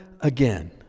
again